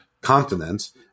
continents